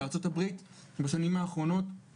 בארצות הברית בשנים האחרונות,